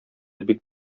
бик